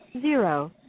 zero